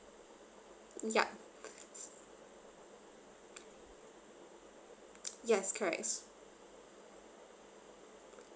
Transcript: ya yes correct